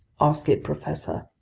ask it, professor.